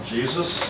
Jesus